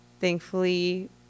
thankfully